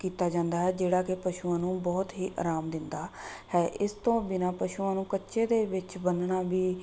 ਕੀਤਾ ਜਾਂਦਾ ਹੈ ਜਿਹੜਾ ਕਿ ਪਸ਼ੂਆਂ ਨੂੰ ਬਹੁਤ ਹੀ ਆਰਾਮ ਦਿੰਦਾ ਹੈ ਇਸ ਤੋਂ ਬਿਨਾਂ ਪਸ਼ੂਆਂ ਨੂੰ ਕੱਚੇ ਦੇ ਵਿੱਚ ਬੰਨਣਾ ਵੀ